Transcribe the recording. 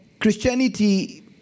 Christianity